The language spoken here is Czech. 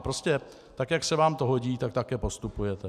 Prostě tak jak se vám to hodí, tak také postupujete.